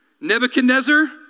Nebuchadnezzar